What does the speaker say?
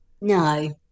No